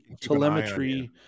telemetry